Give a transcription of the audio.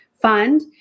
fund